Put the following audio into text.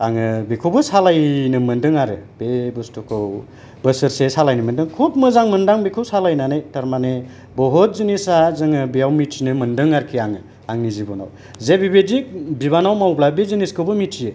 आङो बेखौबो सालायनो मोनदों आरो बे बुस्तुखौ बोसोरसे सालायनो मोनदों खुब मोजां मोनदां बेखौ सालायनानै थारमाने बहुद जिनिसा जोङो बेयाव मिनथिनो मोनदों आरोखि आङो आंनि जिबनाव जे बेबायदि बिबानाव मावब्ला बे जिनिसखौबो मिथियो